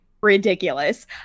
ridiculous